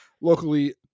locally